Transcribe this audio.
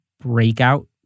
breakout